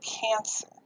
cancer